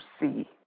see